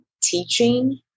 teaching